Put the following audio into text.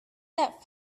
that